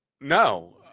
No